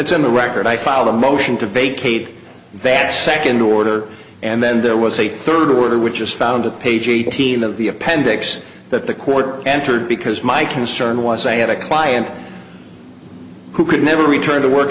it's in the record i filed a motion to vacate that second order and then there was a third order which is found at page eighteen of the appendix that the court entered because my concern was i had a client who could never return to work